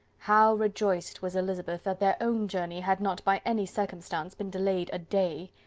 how rejoiced was elizabeth that their own journey had not by any circumstance been delayed a day!